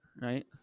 right